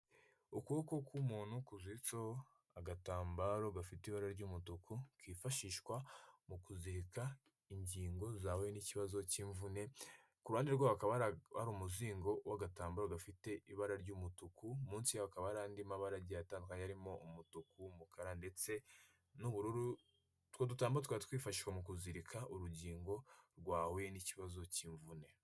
Ukuboko k'umuntu kuziritseho agatambaro gafite ibara ry'umutuku kifashishwa mu kuzirika ingingo zawe n'ikibazo cy'imvune kuruhande rwako hari umuzingo w'agatambaro gafite ibara ry'umutuku munsi hakaba hari andi mabara agiye atandukanye harimo umutuku, umukara ndetse n'ubururu hari n'utwuma twifashishwa mu kuzirika urugingo rwahuye n'ikibazo cy'imvune.